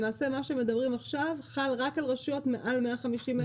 למעשה מה שמדברים עכשיו חל רק על רשויות מעל 150,000 תושבים?